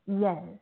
Yes